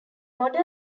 modern